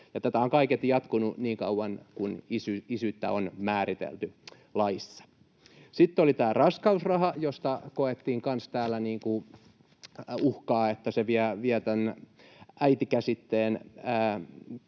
tätä on kaiketi jatkunut niin kauan kuin isyyttä on määritelty laissa. Sitten oli tämä raskausraha, josta koettiin kanssa täällä uhkaa, että se vie tämän äiti-käsitteen